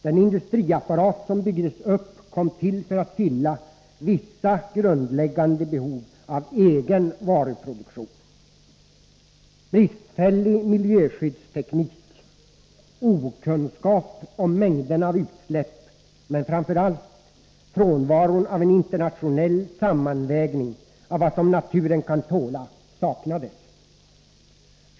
Den industriapparat som byggdes upp kom till för att fylla vissa grundläggande behov av egen varuproduktion. Bristfällig miljöskyddsteknik, okunskap om mängderna av utsläpp, men framför allt frånvaron av en internationell sammanvägning av vad naturen kan tåla präglade utvecklingen.